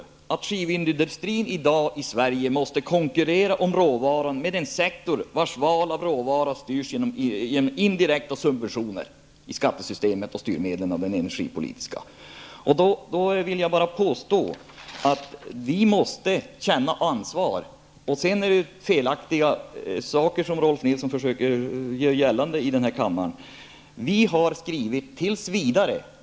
Svensk skivindustri måste dessutom i dag konkurrera om råvaran med en sektor vars val av råvara styrs genom indirekta subventioner i skattesystemet och genom energipolitiska styrmedel. Jag vill då påstå att vi måste känna ansvar. Rolf L Nilson försöker här i kammaren göra gällande ett antal felaktiga påståenden. Vi har skrivit att regleringen i fråga skall gälla ''tills vidare''.